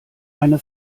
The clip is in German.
eine